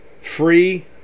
Free